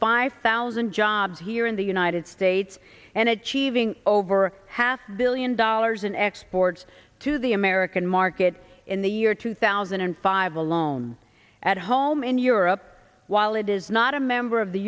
five thousand jobs here in the united states and achieving over half a billion dollars in exports to the american market in the year two thousand and five alone at home in europe while it is not a member of the